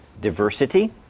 diversity